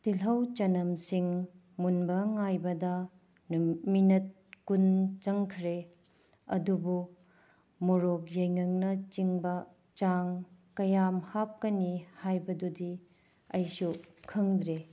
ꯇꯤꯜꯍꯧ ꯆꯅꯝ ꯁꯤꯡ ꯃꯨꯟꯕ ꯉꯥꯏꯕꯗ ꯃꯤꯅꯠ ꯀꯨꯟ ꯆꯪꯈ꯭ꯔꯦ ꯑꯗꯨꯕꯨ ꯃꯣꯔꯣꯛ ꯌꯥꯏꯉꯪꯅ ꯆꯤꯡꯕ ꯆꯥꯡ ꯀꯌꯥꯝ ꯍꯥꯞꯀꯅꯤ ꯍꯥꯏꯕꯗꯨꯗꯤ ꯑꯩꯁꯨ ꯈꯪꯗ꯭ꯔꯦ